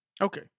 Okay